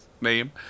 name